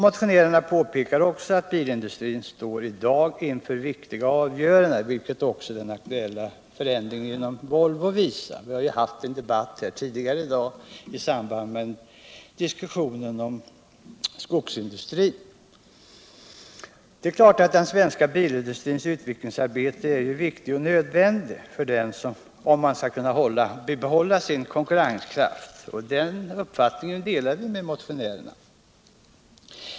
Motionärerna påpekar också att bilindustrin i dag står inför viktiga avgöranden, vilket också den aktuella förändringen inom Volvo visar. Det har vi ju haft en debatt om tidigare i dag i samband med diskussionen om skogsindustrin. Den svenska bilindustrins utvecklingsarbete är viktigt och nödvändigt för att den skall kunna behålla sin konkurrenskraft — den uppfattningen delar vi med motionärerna.